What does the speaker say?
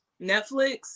netflix